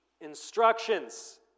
instructions